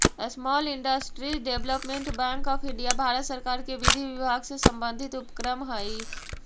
small industries development bank of India Bharat सरकार के विधि विभाग से संबंधित उपक्रम हइ